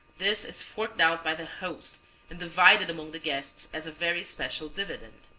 this is forked out by the host and divided among the guests as a very special dividend.